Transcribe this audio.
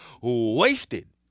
wasted